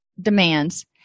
demands